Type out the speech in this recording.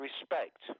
respect